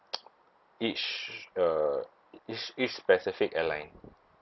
each uh each each specific airline